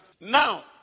Now